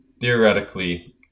theoretically